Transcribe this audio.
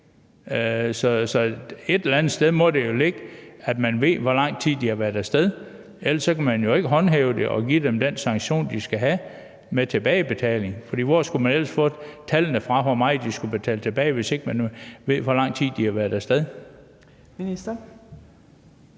Så et eller andet sted må oplysningerne jo ligge, sådan at man ved, hvor lang tid de har været af sted. Ellers kan man jo ikke håndhæve det og give dem den sanktion, de skal have, om tilbagebetaling. For hvor skulle man ellers få tallene fra, der afgør, hvor meget de skal betale tilbage, hvis ikke man ikke ved, hvor lang tid de har været af sted?